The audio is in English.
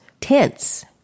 tense